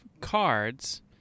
cards